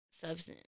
substance